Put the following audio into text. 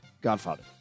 Godfather